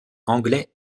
anglais